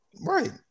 Right